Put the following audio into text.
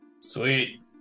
Sweet